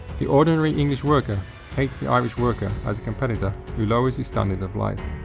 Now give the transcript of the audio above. the ordinary english worker hates the irish worker as a competitor who lowers his standard of life.